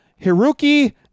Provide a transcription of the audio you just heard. Hiroki